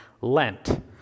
Lent